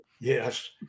yes